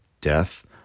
death